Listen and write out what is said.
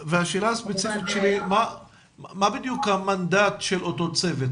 מה בדיוק המנדט של אותו צוות?